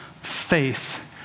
faith